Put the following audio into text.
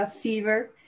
Fever